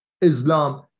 Islam